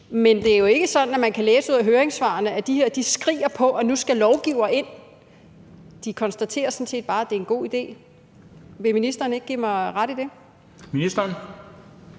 er det jo ikke sådan, at man kan læse ud af høringssvarene, at de her skriger på, at nu skal lovgivere ind. De konstaterer sådan set bare, at det er en god idé. Vil ministeren ikke give mig ret i det? Kl.